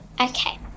Okay